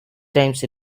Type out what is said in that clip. times